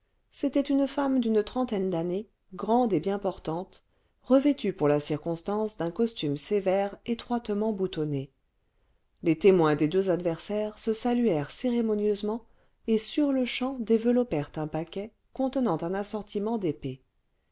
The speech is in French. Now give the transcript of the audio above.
c'était une femme d'une trentaine d'années grande et bien portante revêtue pour la circonstance d'un costume sévère étroitement boutonné les témoins des deux adversaires se saluèrent cérémonieusement et sur-le-champ développèrent un paquet contenant un assortiment d'épées